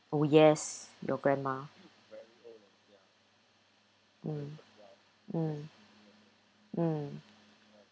oh yes your grandma mm mm mm